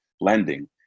lending